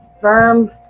firm